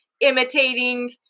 imitating